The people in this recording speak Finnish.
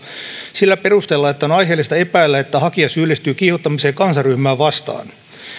sillä perusteella että on aiheellista epäillä että hakija syyllistyy kiihottamiseen kansanryhmää vastaan